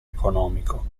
economico